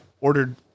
ordered